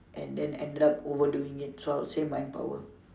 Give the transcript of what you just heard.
and then ended overdoing it so I will say mind power